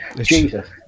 Jesus